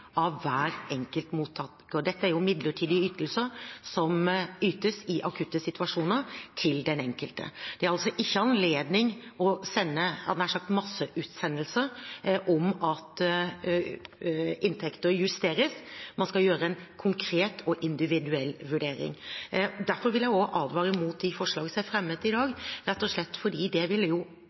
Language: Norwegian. av hver enkelt mottaker. Dette er midlertidige ytelser som ytes i akutte situasjoner til den enkelte. Det er altså ikke anledning til masseutsendelser, hadde jeg nær sagt, om at inntekter justeres, man skal gjøre en konkret og individuell vurdering. Derfor vil jeg advare mot de forslagene som er fremmet i dag, rett og slett fordi det ville